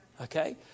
Okay